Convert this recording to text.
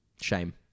Shame